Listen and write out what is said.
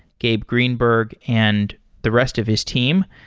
gabe greenberg, and the rest of his team.